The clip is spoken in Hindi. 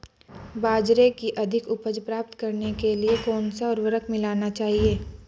बाजरे की अधिक उपज प्राप्त करने के लिए कौनसा उर्वरक मिलाना चाहिए?